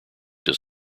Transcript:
does